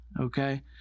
Okay